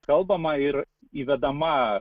kalbama ir įvedama